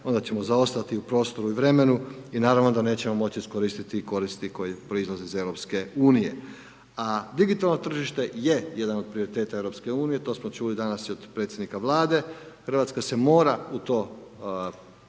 onda ćemo zaostati u prostoru i vremenu i naravno da nećemo moći iskoristi koriste koji proizlaze iz EU. A digitalno tržište je jedan od prioriteta EU, to smo čuli danas i od predsjednika Vlade, Hrvatska se mora u to